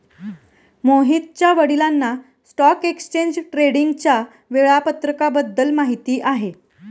मोहितच्या वडिलांना stock exchange ट्रेडिंगच्या वेळापत्रकाबद्दल माहिती आहे